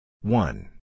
One